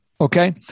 Okay